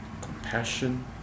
compassion